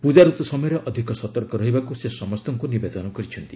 ପ୍ରଜା ରତ୍ ସମୟରେ ଅଧିକ ସତର୍କ ରହିବାକୁ ସେ ସମସ୍ତଙ୍କୁ ନିବେଦନ କରିଛନ୍ତି